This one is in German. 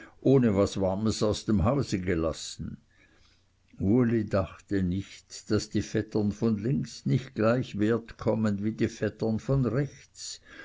ohne was warmes aus dem hause gelassen uli dachte nicht daß die vettern von links nicht gleich wert kommen wie die vettern von rechts